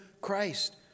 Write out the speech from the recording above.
Christ